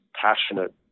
passionate